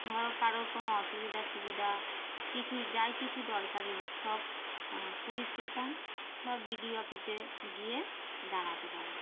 ধরো কারোর কোনো অসুবিধা সুবিধা কিছুই যাই কিছু দরকারি হোক সব পুলিশ স্টেশন বা বি ডি ও অফিসে গিয়ে জানাতে পারি